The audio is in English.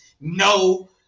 no